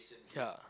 ya